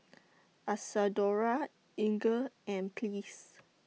Isadora Inger and Pleas